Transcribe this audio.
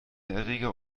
erreger